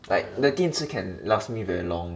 like the 电池 can last me very long